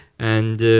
and